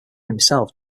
himself